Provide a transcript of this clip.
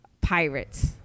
pirates